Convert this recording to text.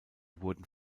wurden